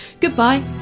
goodbye